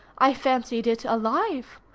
i fancied it alive.